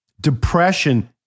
Depression